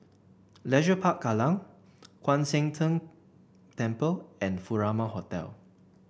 Leisure Park Kallang Kwan Siang Tng Temple and Furama Hotel